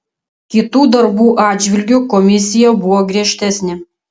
kitų darbų atžvilgiu komisija buvo griežtesnė